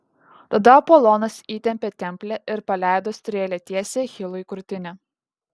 tada apolonas įtempė templę ir paleido strėlę tiesiai achilui į krūtinę